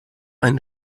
eine